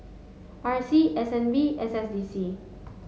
R C S N B S S D C